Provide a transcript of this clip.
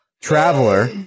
Traveler